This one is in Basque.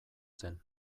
zen